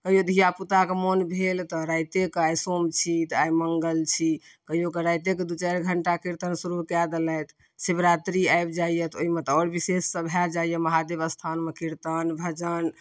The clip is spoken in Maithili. कहिओ धिआपुता कऽ मन भेल तऽ रातिके आइ सोम छी तऽ आइ मङ्गल छी कहिओ कऽ राति कऽ दू चारि घण्टा कीर्तन शुरू कै देलथि शिवरात्रि आबि जाइए तऽ ओहिमे तऽ आओर बिशेष सभ भए जाइए महादेब स्थानमे कीर्तन भजन